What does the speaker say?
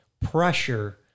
pressure